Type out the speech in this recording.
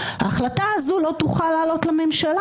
ההחלטה הזאת לא תוכל לעלות לממשלה,